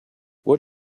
what